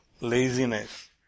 laziness